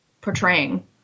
portraying